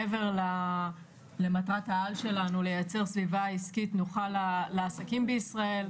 מעבר למטרת העל שלנו לייצר סביבה עסקית נוחה לעסקים בישראל,